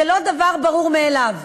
זה לא דבר ברור מאליו.